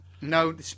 no